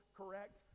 correct